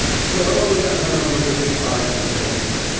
so, the herald was a decided failure,